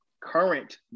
current